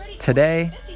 Today